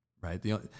right